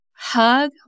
hug